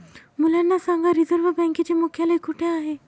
मुलांना सांगा रिझर्व्ह बँकेचे मुख्यालय कुठे आहे